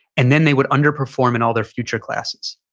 and then they would underperform in all their future classes.